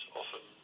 often